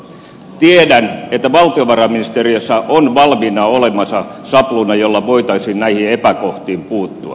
tiedän että valtiovarainministeriössä on valmiina olemassa sapluuna jolla voitaisiin näihin epäkohtiin puuttua